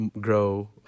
grow